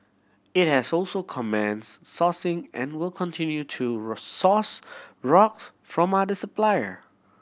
it has also commenced sourcing and will continue to resource rocks from other supplier